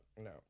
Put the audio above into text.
no